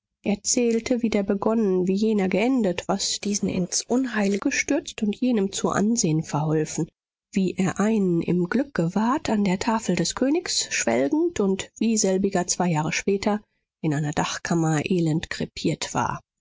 erzählte wie der begonnen wie jener geendet was diesen ins unheil gestürzt und jenem zu ansehen verholfen wie er einen im glück gewahrt an der tafel des königs schwelgend und wie selbiger zwei jahre später in einer dachkammer elend krepiert war